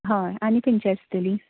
हय आनी खंयची आसतली